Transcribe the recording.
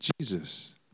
Jesus